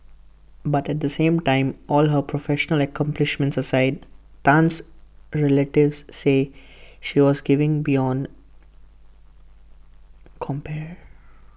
but at the same time all her professional accomplishments aside Tan's relatives say she was giving beyond compare